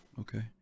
okay